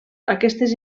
aquestes